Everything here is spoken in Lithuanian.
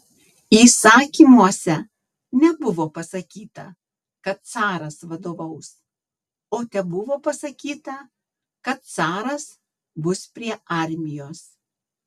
įsakymuose nebuvo pasakyta kad caras vadovaus o tebuvo pasakyta kad caras bus prie armijos